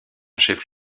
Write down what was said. chef